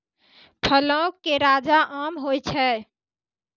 फलो के राजा आम होय छै